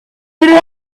minute